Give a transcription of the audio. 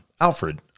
Alfred